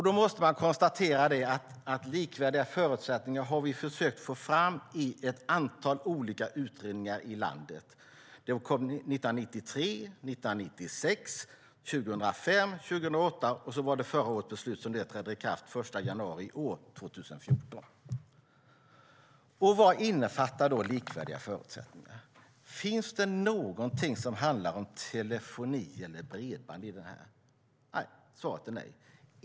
Då måste man konstatera att vi har försökt få fram likvärdiga förutsättningar i ett antal olika utredningar i landet. De kom 1993, 1996, 2005 och 2008, och så var det förra årets beslut som trädde i kraft den 1 januari i år. Vad innefattar då "likvärdiga förutsättningar"? Finns det någonting som handlar om telefoni eller bredband i det? Svaret är nej.